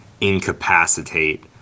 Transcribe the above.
incapacitate